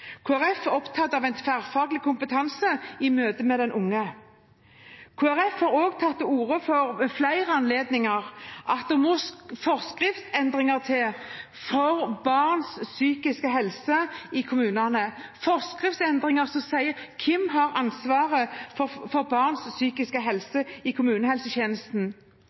Folkeparti er opptatt av en tverrfaglig kompetanse i møte med den unge. Kristelig Folkeparti har også ved flere anledninger tatt til orde for forskriftsendringer for barns psykiske helse i kommunene – forskriftsendringer som sier hvem som har ansvaret for barns psykiske helse i kommunehelsetjenesten.